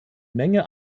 menge